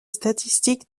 statistiques